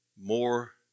more